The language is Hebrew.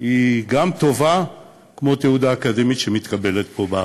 היא גם טובה כמו תעודה אקדמית שמתקבלת פה בארץ.